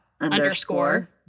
underscore